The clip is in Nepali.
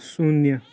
शून्य